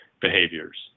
behaviors